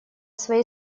своей